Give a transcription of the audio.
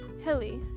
Hilly